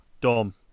Dom